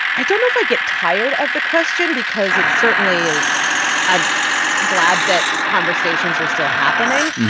i don't know if i get tired of the question because it certainly is i'm glad that conversations are still happening.